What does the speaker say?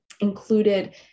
included